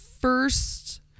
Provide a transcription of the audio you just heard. first